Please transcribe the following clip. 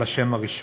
לגבי השם הראשון.